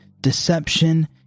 deception